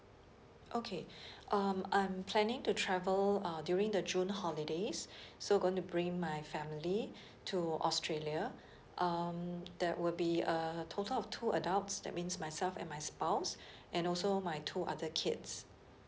okay um I'm planning to travel uh during the june holidays so going to bring my family to australia um that would be uh a total of two adults that means myself and my spouse and also my two other kids